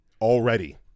Already